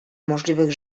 możliwych